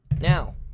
now